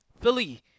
Philly